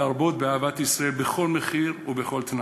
להרבות באהבת ישראל בכל מחיר ובכל תנאי,